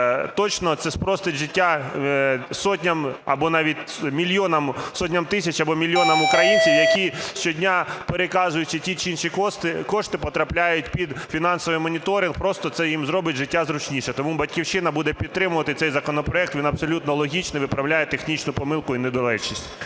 точно це спростить життя сотням або навіть мільйонам, сотням тисяч або мільйонам українців, які щодня, переказуючи ті чи інші кошти, потрапляють під фінансовий моніторинг, просто це їм зробить життя зручнішим. Тому "Батьківщина" буде підтримувати цей законопроект, він абсолютно логічний, виправляє технічну помилку і недоречність.